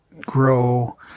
grow